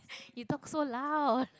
you talk so loud